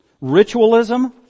Ritualism